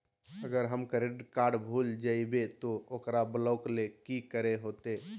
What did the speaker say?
अगर हमर credit card भूल जइबे तो ओकरा ब्लॉक लें कि करे होते?